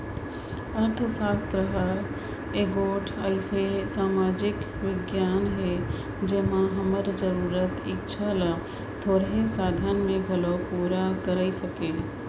अर्थसास्त्र हर एगोट अइसे समाजिक बिग्यान हे जेम्हां हमर जरूरत, इक्छा ल थोरहें साधन में घलो पूरा कइर सके